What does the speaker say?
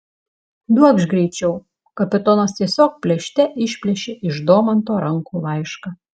duokš greičiau kapitonas tiesiog plėšte išplėšė iš domanto rankų laišką